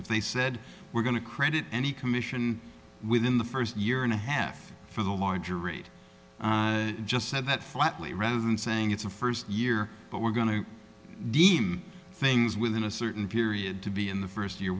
if they said we're going to credit any commission within the first year and a half for the larger rate just said that flatly rather than saying it's a first year but we're going to deem things within a certain period to be in the first year